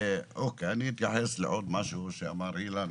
אני אתייחס לעוד משהו שאמר אילן.